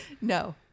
No